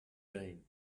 been